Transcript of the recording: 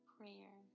Prayer